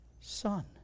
son